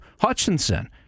Hutchinson